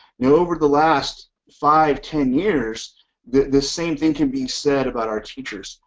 now over the last five, ten years the the same thing can be said about our teachers.